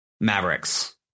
Mavericks